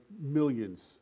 millions